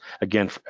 again